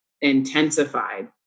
intensified